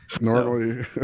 Normally